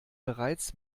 bereits